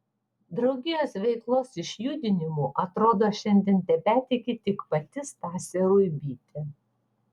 draugijos veiklos išjudinimu atrodo šiandien tebetiki tik pati stasė ruibytė